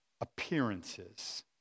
appearances